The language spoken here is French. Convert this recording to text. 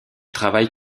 travaille